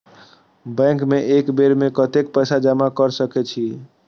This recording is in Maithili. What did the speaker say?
बैंक में एक बेर में कतेक पैसा जमा कर सके छीये?